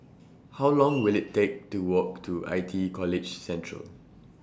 How Long Will IT Take to Walk to I T E College Central